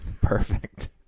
perfect